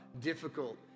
difficult